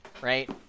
right